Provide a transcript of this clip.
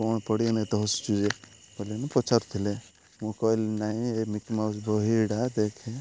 କ'ଣ ପଢ଼ିକିନା ଏତେ ହସୁଛୁ ଯେ କହିଲେନି ପଚାରୁ ଥିଲେ ମୁଁ କହିଲି ନାଇଁ ଏ ମିକି ମାଉସ ବହି ଏଇଟା ଦେଖେ